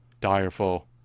direful